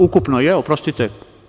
Ukupno je, oprostite.